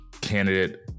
candidate